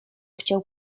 chciał